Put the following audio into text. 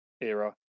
era